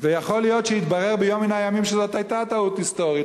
ויכול להיות שיתברר ביום מן הימים שזו היתה טעות היסטורית,